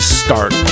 start